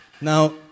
Now